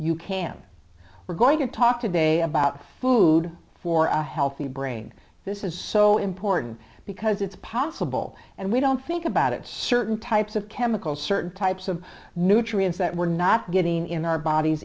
you can we're going to talk today about food for a healthy brain this is so important because it's possible and we don't think about it certain types of chemicals certain types of nutrients that we're not getting in our bodies